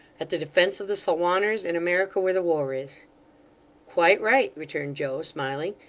at the defence of the salwanners, in america, where the war is quite right returned joe, smiling,